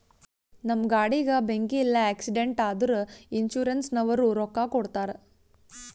ನಮ್ ಗಾಡಿಗ ಬೆಂಕಿ ಇಲ್ಲ ಆಕ್ಸಿಡೆಂಟ್ ಆದುರ ಇನ್ಸೂರೆನ್ಸನವ್ರು ರೊಕ್ಕಾ ಕೊಡ್ತಾರ್